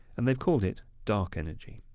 and they called it idark energy